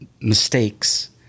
mistakes